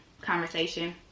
conversation